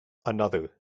another